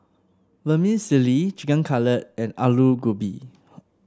Vermicelli Chicken Cutlet and Alu Gobi